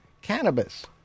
cannabis